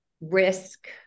risk